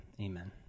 Amen